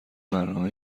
برنامه